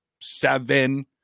seven